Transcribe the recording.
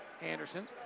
Anderson